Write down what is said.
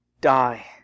die